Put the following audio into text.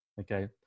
Okay